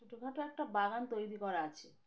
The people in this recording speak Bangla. ছোটখাটো একটা বাগান তৈরি করা আছে